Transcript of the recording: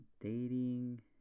dating